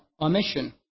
omission